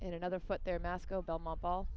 and another foot there masco belmont ball